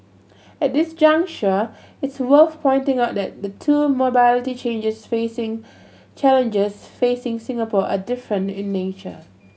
at this juncture it's worth pointing out that the two mobility changes facing challenges facing Singapore are different in nature